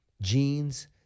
genes